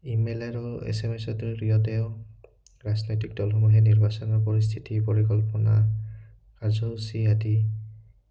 email আৰু S M S ৰ জৰিয়তেও ৰাজনৈতিক দলসমূহে নিৰ্বাচনৰ পৰিস্থিতি পৰিকল্পনা কাৰ্যসূচী আদি